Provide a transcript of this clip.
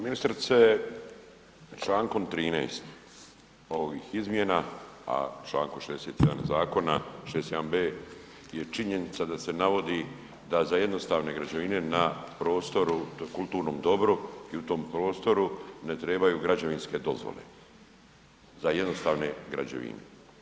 Ministrice, čl. 13. ovih izmjena, a čl. 61. zakona, 61b. je činjenica da se navodi da za jednostavne građevine na prostoru na kulturnom dobru i u tom prostoru ne trebaju građevinske dozvole za jednostavne građevine.